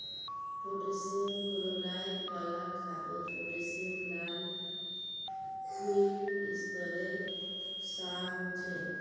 potassium chloride वाला खादोत potassium लाल क्लिस्तेरेर सा होछे